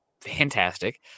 fantastic